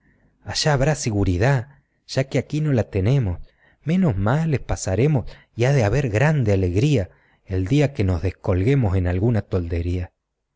allá habrá siguridá ya que aquí no la tenemos menos males pasaremos y ha de haber grande alegría el día que nos descolguemos en alguna toldería